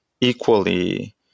equally